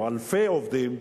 או אלפי עובדים,